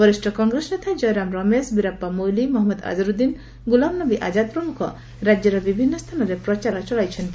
ବରିଷ୍ଣ କଂଗ୍ରେସ ନେତା କୟରାମ ରମେଶ ବୀରାପ୍ସା ମୋଇଲି ମହମ୍ମଦ ଆଝାରୁଦ୍ଧିନ ଗୁଲାମ ନବୀ ଆଜାଦ୍ ପ୍ରମୁଖ ରାଜ୍ୟର ବିଭିନ୍ନ ସ୍ଥାନରେ ପ୍ରଚାର ଚଳାଇଛନ୍ତି